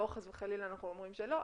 לא חס וחלילה אנחנו אומרים שלא,